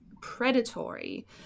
predatory